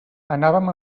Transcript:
anàvem